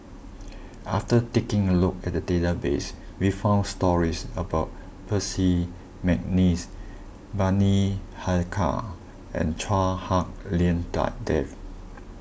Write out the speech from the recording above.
after taking a look at the database we found stories about Percy McNeice Bani Haykal and Chua Hak Lien Da Dave